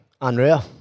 Unreal